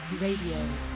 Radio